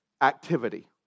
activity